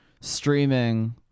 streaming